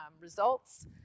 results